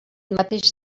mateix